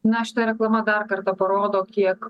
na šita reklama dar kartą parodo kiek